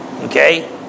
Okay